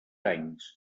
anys